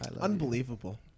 Unbelievable